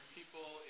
people